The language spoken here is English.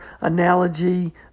analogy